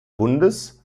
bundes